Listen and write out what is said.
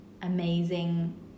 Amazing